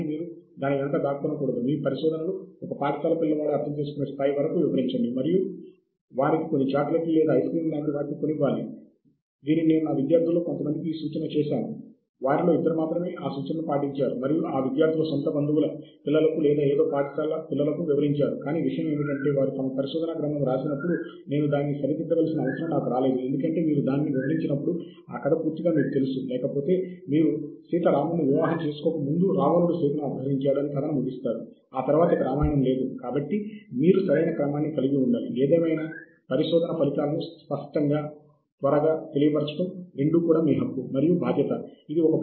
కాబట్టి మన ఇమెయిల్ను సంబంధిత ప్రచురణకర్తలతో నమోదు చేసుకోవచ్చు ఆపై వారి వద్ద ఏమైనా ప్రతి నెల కొత్త వ్యాసాలు క్రొత్త కథనాలు ఉన్నట్లయితే లేదా ఉంటే వారు మనకు నవీకరిస్తారు లేదాతెలియచేస్తారు